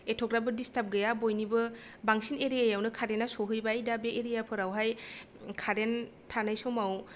एथ'ग्राबो disturb गैया बयनिबो बांसिन एरियाआवनो कारेन्ट आ सहैबाय दा बे एरियाफोराव हाय कारेन्ट थानाय समाव